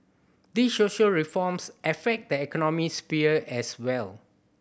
these social reforms affect the economic sphere as well